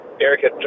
Erica